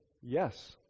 yes